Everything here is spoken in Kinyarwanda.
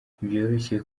ntibyoroshye